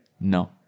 No